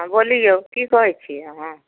बोलिऔ कि कहै छी अहाँ